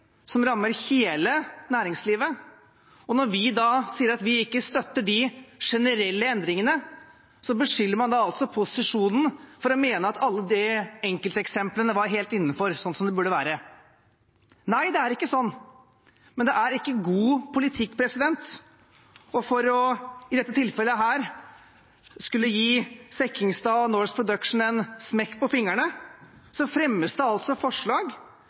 som rammer hele næringslivet. Når vi da sier at vi ikke støtter de generelle endringene, beskylder man altså posisjonen for å mene at alle de enkelteksemplene var helt innenfor sånn det burde være. Nei, det er ikke sånn, men det er ikke god politikk. For i dette tilfellet å skulle gi Sekkingstad og Norse Production en smekk på fingrene fremmes det forslag